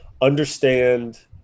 understand